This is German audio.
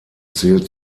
zählt